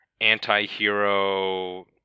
anti-hero